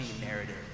narrative